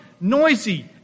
Noisy